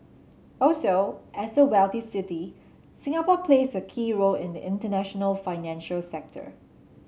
also as a wealthy city Singapore plays a key role in the international financial sector